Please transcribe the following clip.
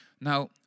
Now